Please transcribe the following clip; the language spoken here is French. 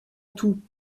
tout